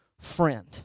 friend